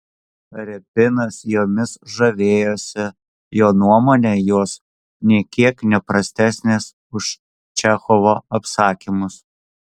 repinas jomis žavėjosi jo nuomone jos nė kiek ne prastesnės už čechovo apsakymus